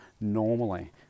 normally